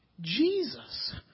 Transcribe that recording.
Jesus